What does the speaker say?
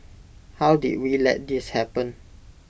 how did we let this happen